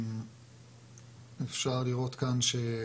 אפשר לראות,